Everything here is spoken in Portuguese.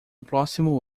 próximo